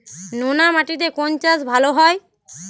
নোনা মাটিতে কোন চাষ ভালো হয়?